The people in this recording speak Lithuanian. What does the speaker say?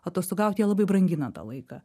atostogaut jie labai brangina tą laiką